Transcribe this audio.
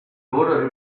dodo